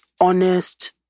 honest